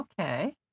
Okay